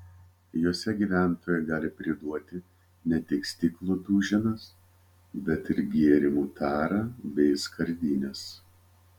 juose gyventojai gali priduoti ne tik stiklo duženas bet ir gėrimų tarą bei skardines